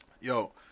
Yo